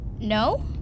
No